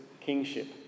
kingship